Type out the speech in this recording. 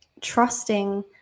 trusting